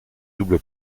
double